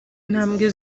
ntambwe